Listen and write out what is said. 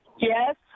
Yes